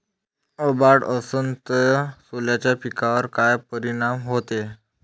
अभाळ असन तं सोल्याच्या पिकावर काय परिनाम व्हते?